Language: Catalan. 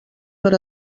per